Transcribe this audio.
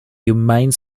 humane